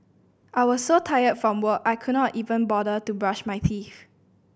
I was so tired from work I could not even bother to brush my teeth